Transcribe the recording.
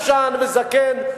ישן וזקן.